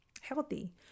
healthy